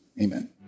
Amen